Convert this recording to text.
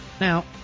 Now